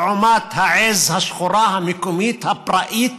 לעומת העז השחורה, המקומית, הפראית,